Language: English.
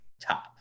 top